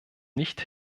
nicht